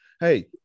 Hey